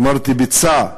אמרתי ביצה,